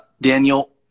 Daniel